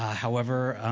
however,